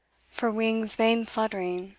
for wings vain fluttering,